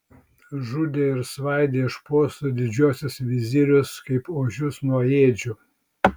žudė ir svaidė iš postų didžiuosius vizirius kaip ožius nuo ėdžių